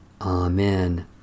Amen